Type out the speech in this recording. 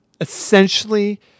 essentially